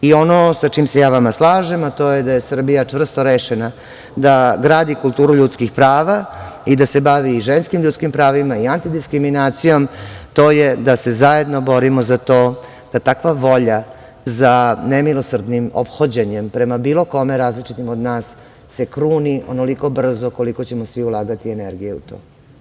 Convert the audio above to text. I ono sa čime sa ja slažem, a to je da je Srbija čvrsto rešena da gradi kulturu ljudskih prava i da se bavi ženskim ljudskim pravima i antidiskriminacijom, to je da se zajedno borimo za to da takva volja za nemilosrdnim ophođenjem prema bilo kome različitim od nas se kruni onoliko brzo koliko ćemo svi ulagati energije u to.